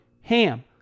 HAM